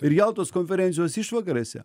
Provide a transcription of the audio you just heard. ir jaltos konferencijos išvakarėse